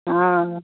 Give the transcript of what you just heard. हँ